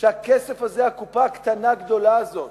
שהכסף הזה, הקופה הקטנה הגדולה הזאת